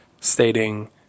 stating